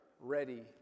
ready